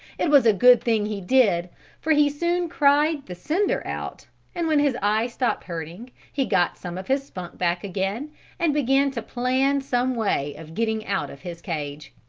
it was a good thing he did for he soon cried the cinder out and when his eye stopped hurting, he got some of his spunk back again and began to plan some way of getting out of his cage.